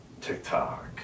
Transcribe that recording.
TikTok